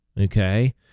okay